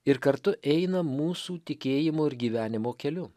ir kartu eina mūsų tikėjimo ir gyvenimo keliu